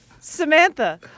Samantha